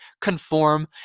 conform